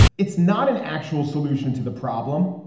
it's not an actual solution to the problem.